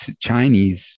Chinese